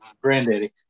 granddaddy